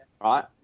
right